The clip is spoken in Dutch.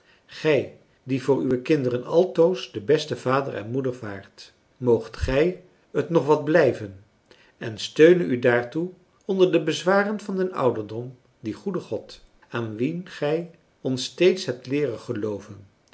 gij die voor uwe kinderen altoos de beste vader en moeder waart moogt gij het nog wat blijven en steune u daartoe onder de bezwaren van den ouderdom die goede god aan wien gij ons steeds hebt leeren gelooven